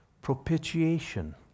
Propitiation